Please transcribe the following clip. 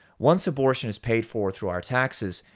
once abortion is paid for through our taxes,